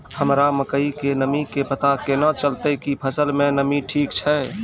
हमरा मकई के नमी के पता केना चलतै कि फसल मे नमी ठीक छै?